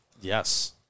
Yes